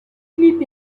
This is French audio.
clips